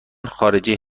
خارجی